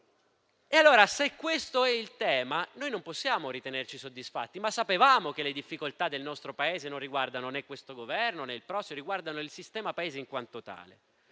Se questo è il tema, non possiamo ritenerci soddisfatti. Sapevamo però che le difficoltà del nostro Paese non riguardano né questo Governo né il prossimo, ma il sistema Paese in quanto tale.